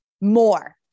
more